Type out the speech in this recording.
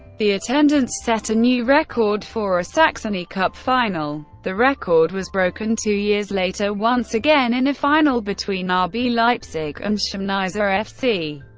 the attendance set a new record for a saxony cup final. the record was broken two years later, once again in a final between ah rb leipzig and chemnizer fc.